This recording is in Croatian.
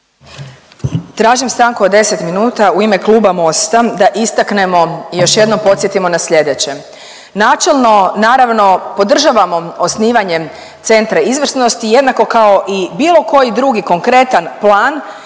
Tražim stanku od 10 minuta u ime kluba Mosta da istaknemo i još jednom podsjetimo na sljedeće, načelno naravno podržavamo osnivanje Centra izvrsnosti jednako kao i bilo koji drugi konkretan plan